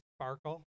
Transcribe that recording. sparkle